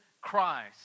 Christ